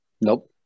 Nope